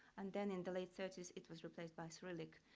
and then in the late thirty s, it was replaced by cyrillic.